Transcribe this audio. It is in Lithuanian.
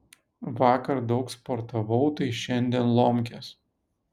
vakar daug sportavau tai šiandien lomkės